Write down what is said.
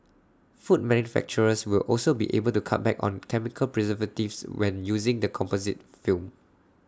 food manufacturers will also be able to cut back on chemical preservatives when using the composite film